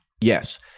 yes